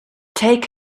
take